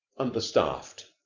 understaffed.